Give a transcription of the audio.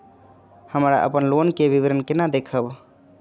हमरा अपन लोन के विवरण केना देखब?